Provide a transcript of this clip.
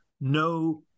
no